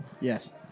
Yes